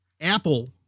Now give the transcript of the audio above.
Apple